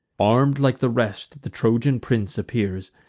arm'd like the rest the trojan prince appears,